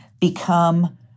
become